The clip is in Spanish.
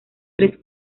tres